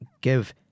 give